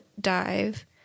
dive